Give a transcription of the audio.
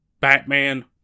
Batman